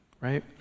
right